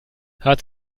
hat